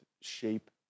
shape